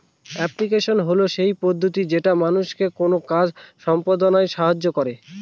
application হল সেই পদ্ধতি যেটা মানুষকে কোনো কাজ সম্পদনায় সাহায্য করে